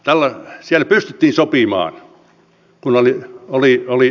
siellä pystyttiin sopimaan kun oli sen aika